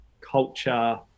culture